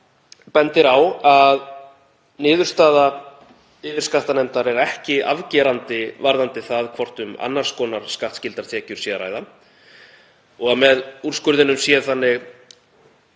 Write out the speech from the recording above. bendir á að niðurstaða yfirskattanefndar sé ekki afgerandi varðandi það hvort um annars konar skattskyldar tekjur sé að ræða og að þarna sé ákveðin